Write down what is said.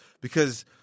because-